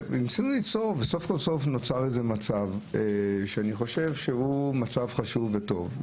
ניסינו ליצור וסוף סוף נוצר מצב חשוב וטוב.